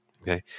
Okay